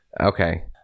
Okay